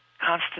Constant